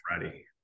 ready